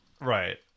Right